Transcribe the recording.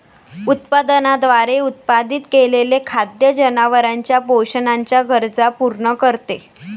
उत्पादनाद्वारे उत्पादित केलेले खाद्य जनावरांच्या पोषणाच्या गरजा पूर्ण करते